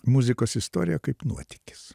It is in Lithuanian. muzikos istorija kaip nuotykis